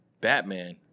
Batman